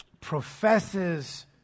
professes